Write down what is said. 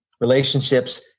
relationships